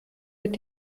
mit